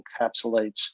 encapsulates